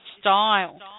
style